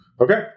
Okay